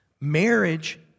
marriage